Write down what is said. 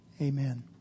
Amen